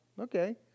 okay